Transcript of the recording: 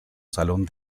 salón